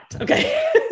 Okay